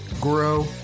grow